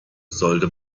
sollte